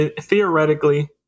Theoretically